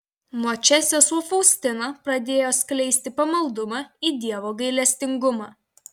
nuo čia sesuo faustina pradėjo skleisti pamaldumą į dievo gailestingumą